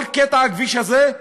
כל קטע הכביש הזה,